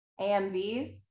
AMVs